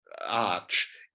arch